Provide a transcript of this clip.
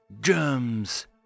Germs